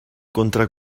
contra